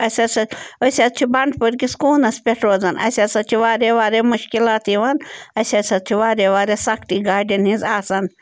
اَسہِ ہسا أسۍ حظ چھِ بَنٛڈٕپوٗرکِس کوٗنَس پٮ۪ٹھ روزان اَسہِ ہسا چھِ واریاہ واریاہ مُشکِلات یِوان اَسہِ ہسا چھِ واریاہ واریاہ سَختی گاڑٮ۪ن ہِنٛز آسان